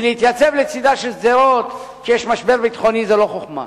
כי להתייצב לצדה של שדרות כשיש משבר ביטחוני זו לא חוכמה.